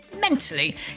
mentally